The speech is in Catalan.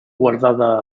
guardada